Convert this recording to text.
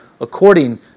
according